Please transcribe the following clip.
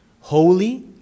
holy